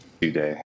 today